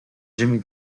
jimmy